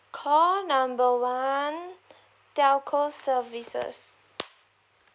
call number one telco services